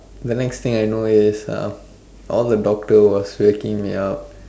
the next thing is know is uh all the doctor was waking me up